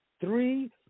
Three